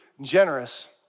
generous